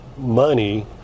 money